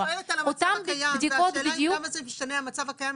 אבל את שואלת על המצב הקיים והשאלה היא למה זה משנה המצב הקיים,